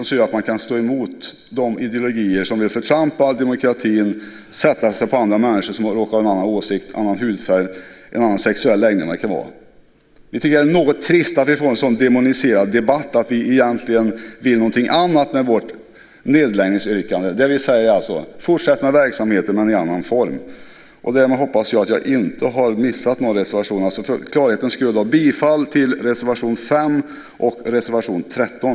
Det gör att man kan stå emot de ideologier som vill förtrampa demokratin och sätta sig på andra människor som råkar ha en annan åsikt, annan hudfärg, annan sexuell läggning eller vad det kan vara. Vi tycker att det är något trist att vi får en så demoniserad debatt om att vi egentligen vill någonting annat med vårt nedläggningsyrkande. Vi säger: Fortsätt med verksamheten, men i en annan form. Därmed hoppas jag att jag inte har missat någon reservation. För klarhetens skulle yrkar jag bifall till reservationerna 5 och 13.